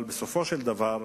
אבל בסופו של דבר,